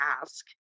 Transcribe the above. ask